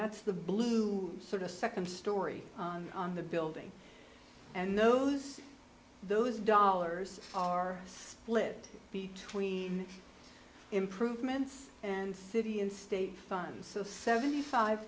that's the blue sort of second story on the building and those those dollars are split between improvements and city and state funds so seventy five